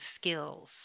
skills